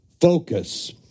focus